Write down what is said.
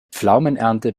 pflaumenernte